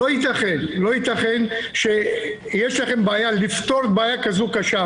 לא ייתכן שיש לכם בעיה לפתור בעיה כזאת קשה,